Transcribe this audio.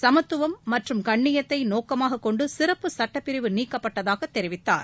சமத்துவம் மற்றும கண்ணியத்தை நோக்கமாக கொண்டு சிறப்பு சட்டப்பிரிவு நீக்கப்பட்டதாக தெரிவித்தார்